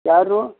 ಯಾರು